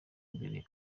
mbere